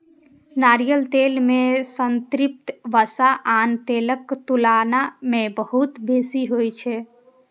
नारियल तेल मे संतृप्त वसा आन तेलक तुलना मे बहुत बेसी होइ छै